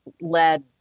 led